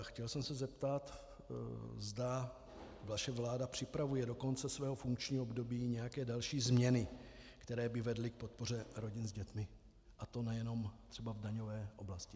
Chtěl jsem se zeptat, zda vaše vláda připravuje do konce svého funkčního období nějaké další změny, které by vedly k podpoře rodin s dětmi, a to nejenom třeba v daňové oblasti.